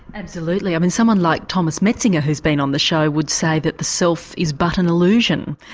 absolutely, i mean someone like thomas metzinger who has been on the show would say that the self is but an illusion.